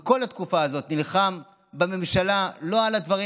בכל התקופה הזאת נלחם בממשלה לא על הדברים